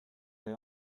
they